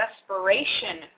desperation